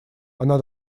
она